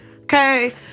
Okay